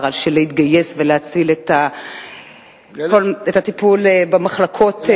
להתגייס ולהציל את הטיפול במחלקות הפגים.